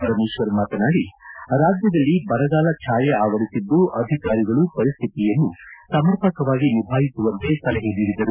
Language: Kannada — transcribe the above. ಪರಮೇಶ್ವರ್ ಮಾತನಾಡಿ ರಾಜ್ಯದಲ್ಲಿ ಬರಗಾಲ ಛಾಯೆ ಆವರಿಸಿದ್ದು ಅಧಿಕಾರಿಗಳು ಪರಿಸ್ಠಿತಿಯನ್ನು ಸಮರ್ಪಕವಾಗಿ ನಿಭಾಯಿಸುವಂತೆ ಸಲಹೆ ನೀಡಿದರು